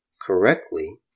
correctly